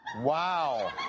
Wow